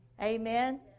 Amen